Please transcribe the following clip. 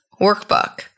workbook